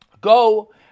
go